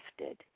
lifted